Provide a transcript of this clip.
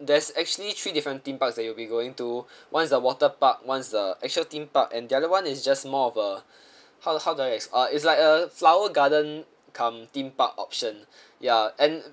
there's actually three different theme parks that you'll be going to one is the water park one is the actual theme park and the other one is just more of uh how how do I ex~ uh it's like a flower garden cum theme park option ya and